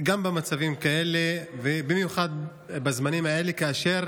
גם במצבים כאלה ובמיוחד בזמנים האלה, כאשר